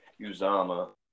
Uzama